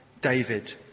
David